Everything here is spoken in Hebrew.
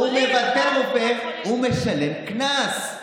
הוא מבטל תור לרופא, הוא משלם קנס.